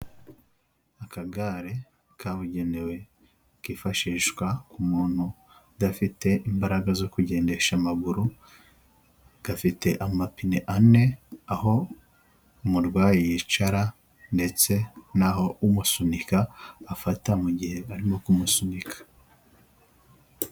Akagare kabugenewe, kifashishwa ku muntu udafite imbaraga zo kugendesha amaguru, gafite amapine ane, aho umurwayi yicara ndetse n'aho umusunika afata mu gihe arimo kumusunika.